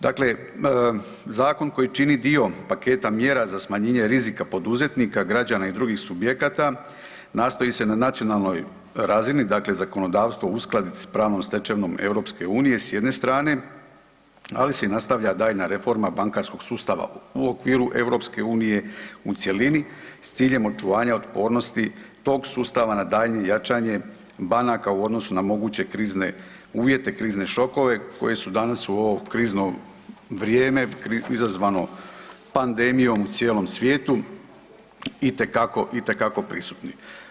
Dakle, koji čini dio paketa mjera za smanjenje rizika poduzetnika, građana i drugih subjekata nastoji se na nacionalnoj razini zakonodavstva uskladiti s pravnom stečevinom EU s jedne strane, ali se nastavlja daljnja reforma bankarskog sustava u okviru EU u cjelini s ciljem očuvanja otpornosti tog sustava na daljnje jačanje banaka u odnosu na moguće krizne uvjete, krizne šokove koje su danas u ovo krizno vrijeme izazvano pandemijom u cijelom svijetu itekako prisutni.